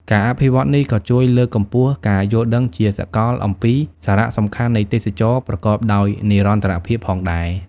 ការអភិវឌ្ឍនេះក៏ជួយលើកកម្ពស់ការយល់ដឹងជាសកលអំពីសារៈសំខាន់នៃទេសចរណ៍ប្រកបដោយនិរន្តរភាពផងដែរ។